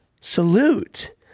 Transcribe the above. salute